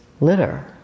litter